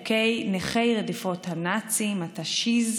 חוק נכי רדיפות הנאצים, התשי"ז